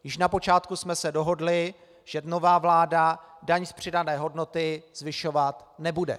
Již na počátku jsme se dohodli, že nová vláda daň z přidané hodnoty zvyšovat nebude.